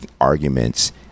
arguments